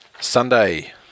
Sunday